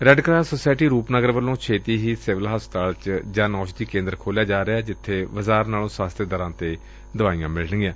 red cross society Rupnagar ਵੱਲੋ ਛੇਤੀ ਹੀ ਸਿਵਲ ਹਸਪਤਾਲ ਚ ਜਨ ਔਸ਼ਧੀ ਕੇਦਰ ਖੋਲ੍ਹਿਆ ਜਾ ਰਿਹੈ ਜਿੱਥੇ ਬਾਜ਼ਾਰ ਨਾਲੋਂ ਸਸਤੇ ਦਰਾਂ ਤੇ ਦਵਾਈਆਂ ਮਿਲਣਗੀਆਂ